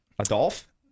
Adolf